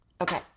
Okay